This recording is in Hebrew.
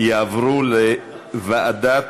יעברו לוועדת